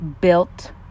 built